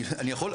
אני יכול,